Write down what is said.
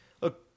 look